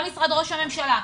גם משרד ראש הממשלה,